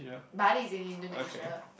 Bali in Indonesia